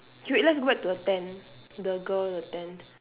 K wait let's go back to the tent the girl with the tent